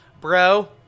bro